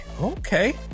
Okay